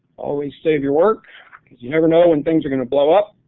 always save your work because you never know when things are going to blow up.